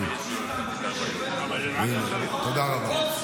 תודה רבה.